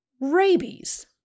rabies